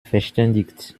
verständigt